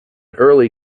early